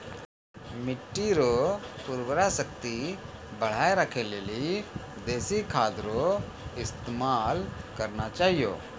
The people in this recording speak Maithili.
मिट्टी रो उर्वरा शक्ति बढ़ाएं राखै लेली देशी खाद रो इस्तेमाल करना चाहियो